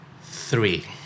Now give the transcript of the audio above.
three